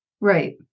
Right